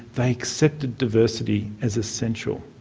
they accepted diversity as essential.